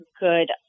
good